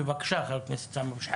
בבקשה חבר הכנסת סמי אבו שחאדה.